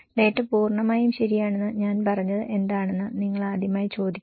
data പൂർണ്ണമായും ശരിയാണെന്ന് ഞാൻ പറഞ്ഞത് എന്താണെന്ന് നിങ്ങൾ ആദ്യമായി ചോദിക്കുന്നു